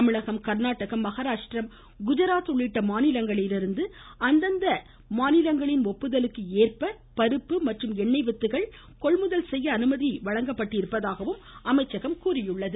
தமிழ்நாடு கர்நாடகா மகாராஷ்டிரா குஜராத் உள்ளிட்ட மாநிலங்களிலிருந்து அந்தந்த மாநிலங்களின் ஒப்புதலுக்கு ஏற்ப பருப்பு மற்றும் எண்ணெய் வித்துக்கள் கொள்முதல் செய்ய அனுமதி அளிக்கப்பட்டுள்ளதாகவும் அமைச்சகம் குறிப்பிட்டுள்ளது